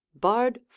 barred